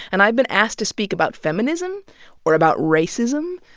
and i've been asked to speak about feminism or about racism,